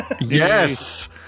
Yes